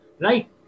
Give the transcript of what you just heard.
Right